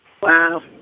Wow